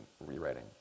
rewriting